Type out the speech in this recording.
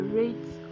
rates